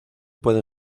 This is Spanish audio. pueden